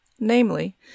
namely